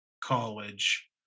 college